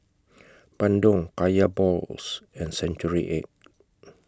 Bandung Kaya Balls and Century Egg